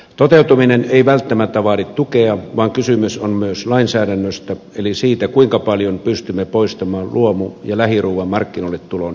toteutuminen ei välttämättä vaadi tukea vaan kysymys on myös lainsäädännöstä eli siitä kuinka paljon pystymme poistamaan luomu ja lähiruuan markkinoille tulon esteitä